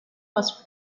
was